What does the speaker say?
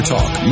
Talk